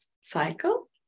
Cycle